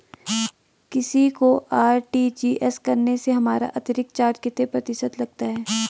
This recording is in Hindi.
किसी को आर.टी.जी.एस करने से हमारा अतिरिक्त चार्ज कितने प्रतिशत लगता है?